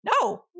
No